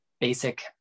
basic